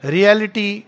Reality